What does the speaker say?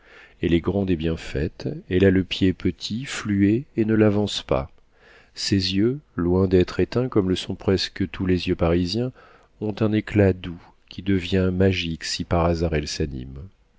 elle est grande et bien faite elle a le pied petit fluet et ne l'avance pas ses yeux loin d'être éteints comme le sont presque tous les yeux parisiens ont un éclat doux qui devient magique si par hasard elle s'anime